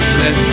let